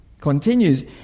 Continues